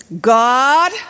God